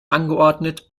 angeordnet